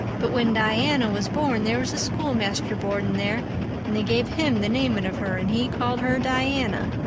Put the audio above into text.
but when diana was born there was a schoolmaster boarding there and they gave him the naming of her and he called her diana.